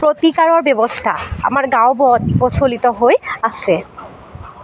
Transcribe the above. প্ৰতিকাৰৰ ব্যৱস্থা আমাৰ গাঁওবোৰত প্ৰচলিত হৈ আছে